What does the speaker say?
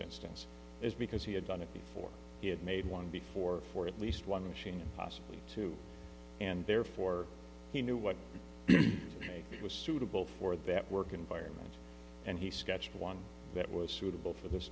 instance is because he had done it before he had made one before for at least one machine possibly two and therefore he knew what it was suitable for that work environment and he sketched one that was suitable for this